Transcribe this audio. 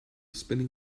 spinning